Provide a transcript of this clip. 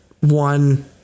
one